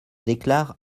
déclare